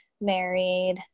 married